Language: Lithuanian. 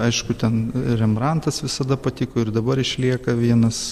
aišku ten rembrantas visada patiko ir dabar išlieka vienas